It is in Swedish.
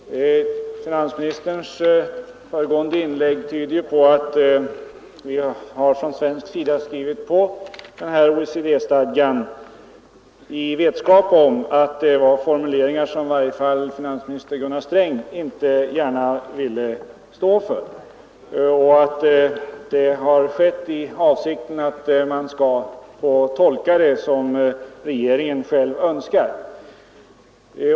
Herr talman! Finansministerns föregående inlägg tyder på att det svenska underskrivandet av den nu aktuella OECD-stadgan skett i vetskap om att denna innehöll formuleringar, som i varje fall finansminister Gunnar Sträng inte gärna ville stå för, och att avsikten varit att tolka stadgan på det sätt som regeringen själv önskar.